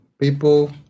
people